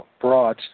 brought